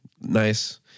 nice